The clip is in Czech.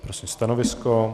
Prosím stanovisko.